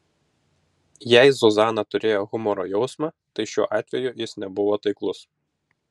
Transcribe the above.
jei zuzana turėjo humoro jausmą tai šiuo atveju jis nebuvo taiklus